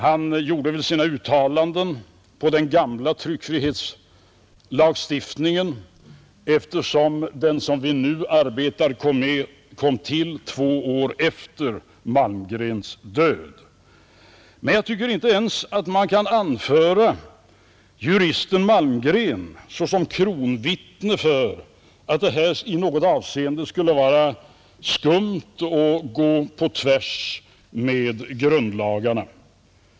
Hans uttalanden gällde dock den gamla tryckfrihetslagstiftningen, eftersom den vi nu har kom till två år efter Malmgrens död. Men jag tycker inte ens man kan anföra juristen Malmgren såsom kronvittne för att detta i något avseende skulle vara skumt och gå på tvärs med grundlagarna.